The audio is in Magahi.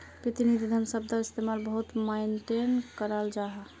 प्रतिनिधि धन शब्दर इस्तेमाल बहुत माय्नेट कराल जाहा